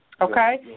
Okay